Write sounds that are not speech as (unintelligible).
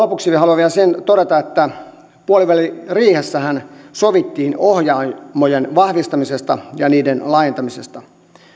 (unintelligible) lopuksi haluan vielä sen todeta että puoliväliriihessähän sovittiin ohjaamojen vahvistamisesta ja niiden laajentamisesta